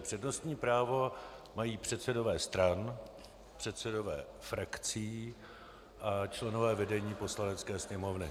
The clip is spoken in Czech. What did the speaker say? Přednostní právo mají předsedové stran, předsedové frakcí a členové vedení Poslanecké sněmovny.